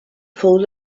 fou